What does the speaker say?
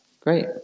Great